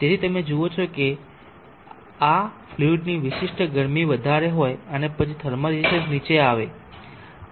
તેથી તમે જુઓ છો કે જો ફ્લુઇડની વિશિષ્ટ ગરમી વધારે હોય અને પછી થર્મલ રેઝિસ્ટન્સ નીચે આવે